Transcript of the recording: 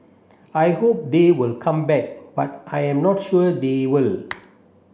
I hope they will come back but I am not sure they will